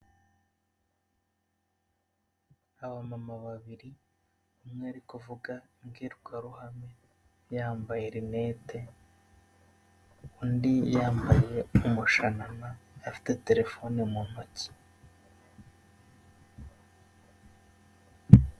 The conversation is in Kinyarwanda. Abamama babiri umwe ari kuvuga imbwirwaruhame yambaye renete, undi yambaye umushanana afite telefone mu ntoki.